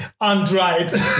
undried